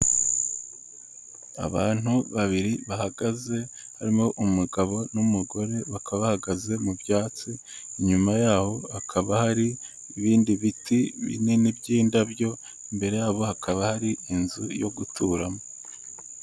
Abantu babiri bahagaze, harimo umugabo n'umugore bakaba bahagaze mu byatsi, inyuma yaho hakaba hari ibindi biti binini by'indabyo, imbere yabo hakaba hari inzu yo guturamo.